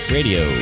Radio